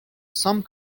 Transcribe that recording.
some